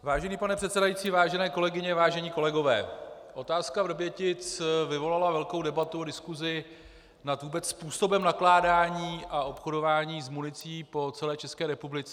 Vážený pane předsedající, vážené kolegyně, vážení kolegové, otázka Vrbětic vyvolala velkou debatu a diskusi nad vůbec způsobem nakládání a obchodování s municí po celé České republice.